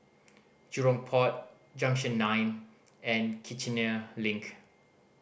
Jurong Port Junction Nine and Kiichener Link